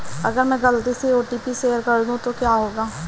अगर मैं गलती से ओ.टी.पी शेयर कर दूं तो क्या होगा?